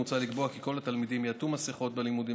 מוצע לקבוע כי כל התלמידים יעטו מסכות בלימודים